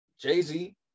Jay-Z